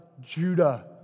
Judah